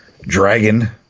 dragon